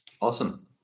Awesome